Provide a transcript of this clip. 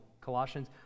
Colossians